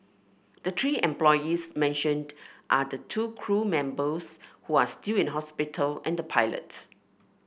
the three employees mentioned are the two crew members who are still in hospital and the pilot